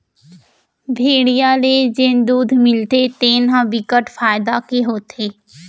भेड़िया ले जेन दूद मिलथे तेन ह बिकट फायदा के होथे